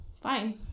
fine